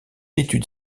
étude